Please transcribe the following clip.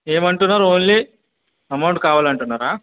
ఏమంటున్నరు only amount కావాలంటున్నారా